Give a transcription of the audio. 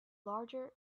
larger